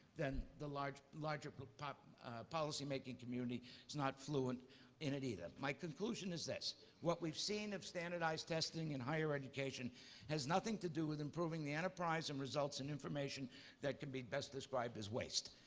then the larger larger but but policy making community is not fluent in it either. my conclusion is this what we've seen of standardized testing in higher education has nothing to do with improving the enterprise and results and information that could be best described as waste.